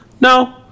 No